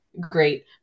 great